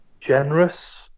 generous